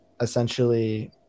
essentially